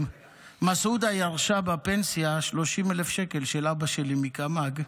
מסעודה ירשה בפנסיה 30,000 שקל של אבא שלי מקמ"ג,